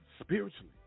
spiritually